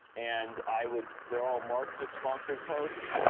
and i would they're all marked to sponsored posts,